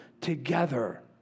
together